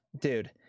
dude